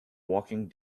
walking